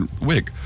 wig